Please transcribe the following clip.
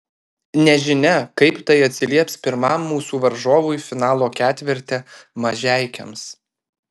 nežinia kaip tai atsilieps pirmam mūsų varžovui finalo ketverte mažeikiams